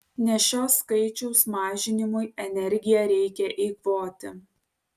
ne šio skaičiaus mažinimui energiją reikia eikvoti